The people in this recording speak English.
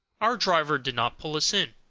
our driver did not pull us in.